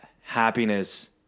happiness